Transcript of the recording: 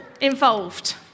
involved